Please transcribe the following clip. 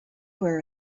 were